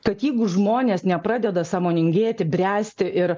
kad jeigu žmonės nepradeda sąmoningėti bręsti ir